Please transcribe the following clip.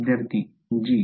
विद्यार्थी g